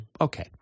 okay